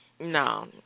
no